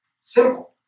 Simple